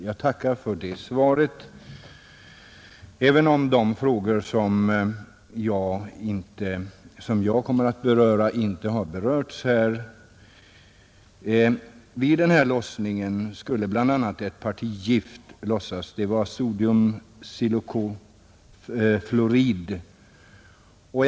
Jag tackar för det svaret, även om de frågor som jagkommer atta ———— upp inte har berörts i det. Om skyddsåtgärder Vid den här lossningen skulle bl.a. ett parti gift, natriumsilikofluorid, vid hantering och lossas.